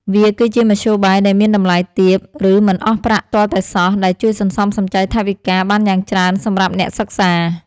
វាគឺជាមធ្យោបាយដែលមានតម្លៃទាប ឬមិនអស់ប្រាក់ទាល់តែសោះ ដែលជួយសន្សំសំចៃថវិកាបានយ៉ាងច្រើនសម្រាប់អ្នកសិក្សា។